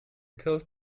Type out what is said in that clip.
cold